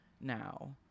now